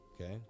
Okay